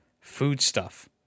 foodstuff